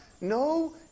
No